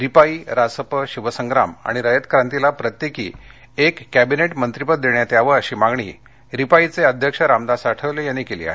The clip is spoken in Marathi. रिपाइं रासप शिवसंग्राम आणि रयत क्रांतीला प्रत्येकी एक कविनेट मंत्रिपद देण्यात यावं अशी मागणी रिपाइंचे अध्यक्ष रामदास आठवले यांनी केली आहे